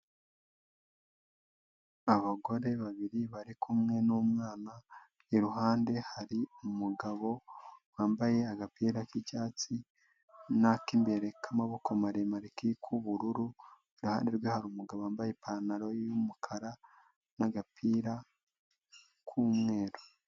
Abagore babiri bari kumwe n'umwana iruhande hari umugabo wambaye agapira k'icyatsi n'ak'imbere k'amaboko maremare k'ubururu, iruhande rwe hari umugabo wambaye ipantaro y'umukara n'agapira k'umweru.